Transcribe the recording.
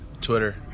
twitter